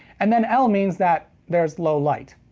and then l means that there's low light.